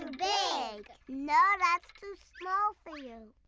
and big! no, that's too small for you.